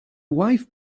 wife